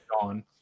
gone